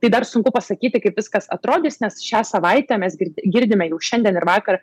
tai dar sunku pasakyti kaip viskas atrodys nes šią savaitę mes girdime jau šiandien ir vakar